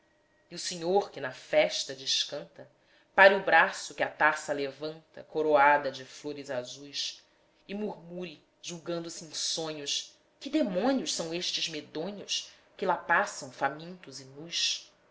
e o senhor que na festa descanta pare o braço que a taça alevanta coroada de flores azuis e murmure julgando-se em sonhos que demônios são estes medonhos que lá passam famintos e nus